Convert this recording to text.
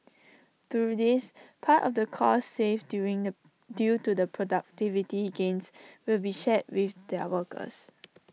through this part of the costs saved due in A due to the productivity gains will be shared with their workers